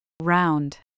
Round